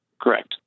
Correct